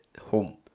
home